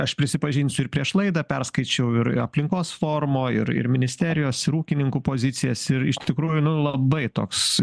aš prisipažinsiu ir prieš laidą perskaičiau ir aplinkos forumo ir ir ministerijos ir ūkininkų pozicijas ir iš tikrųjų nu labai toks